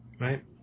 right